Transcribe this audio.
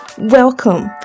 welcome